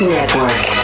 Network